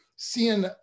seeing